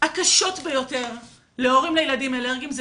הקשות ביותר להורים לילדים אלרגיים זה